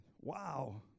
Wow